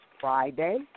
Friday